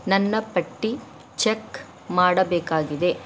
ನನ್ನ ಪಟ್ಟಿ ಚಕ್ ಮಾಡಬೇಕಾಗಿದೆ